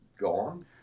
gone